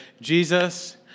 Jesus